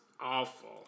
awful